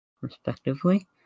respectively